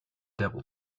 devil